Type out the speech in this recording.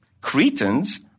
Cretans